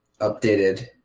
updated